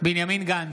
בנימין גנץ,